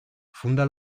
funda